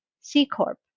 c-corp